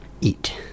eat